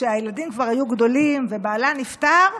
כשהילדים כבר היו גדולים ובעלה נפטר,